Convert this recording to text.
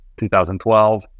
2012